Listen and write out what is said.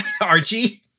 Archie